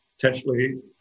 potentially